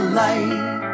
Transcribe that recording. light